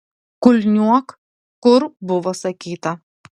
kulniuok kur buvo sakyta